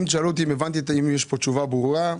אם תשאלו אותי אם הבנתי אם יש פה תשובה ברורה,